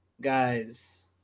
guys